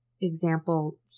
example